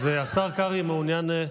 אז השר קרעי, מעוניין?